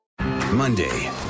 Monday